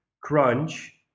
Crunch